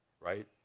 right